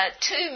Two